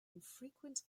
infrequent